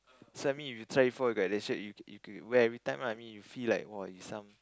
so I mean if you try for you got the shirt you you could wear every time lah I mean you feel like !wah! you some